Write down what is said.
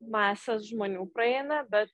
masės žmonių praeina bet